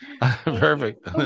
perfect